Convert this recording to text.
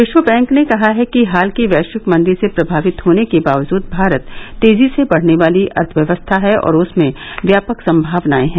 विश्व बैंक ने कहा है कि हाल की वैश्विक मंदी से प्रभावित होने के बावजूद भारत तेजी से बढ़ने वाली अर्थव्यवस्था है और उसमें व्यापक संभावनायें हैं